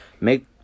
make